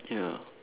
ya